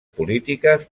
polítiques